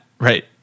right